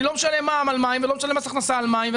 אני לא משלם מע"מ על מים ולא משלם מס הכנסה על מים.